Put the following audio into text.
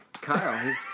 Kyle